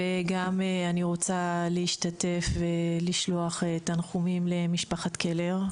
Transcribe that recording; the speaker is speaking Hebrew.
וגם אני רוצה להשתתף ולשלוח תנחומים למשפחת קלר,